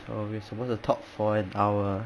so we're supposed to talk for an hour